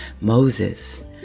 Moses